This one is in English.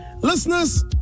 listeners